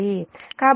కాబట్టి ఇది Ib j0